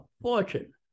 fortune